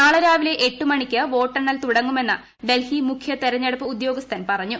നാളെ രാവിലെ എട്ടു മണിക്ക് വോട്ടെണ്ണി തുടങ്ങുമെന്ന് ഡൽഹിയിലെ മുഖ്യ തെരഞ്ഞെടുപ്പ് ഉദ്യോഗസ്ഥൻ പറഞ്ഞു